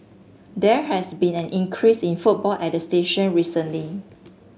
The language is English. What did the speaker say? there has been an increase in footfall at the station recently